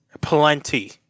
plenty